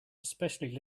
especially